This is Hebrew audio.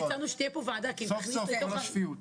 סוף סוף קול השפיות.